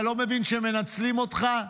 אתה לא מבין שמנצלים אותך?